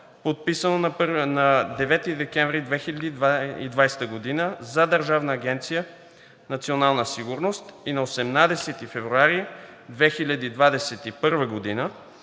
подписано на 9 декември 2020 г. за Държавна агенция „Национална сигурност“ и на 18 февруари 2021 г. за